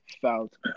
felt